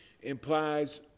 implies